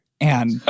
And-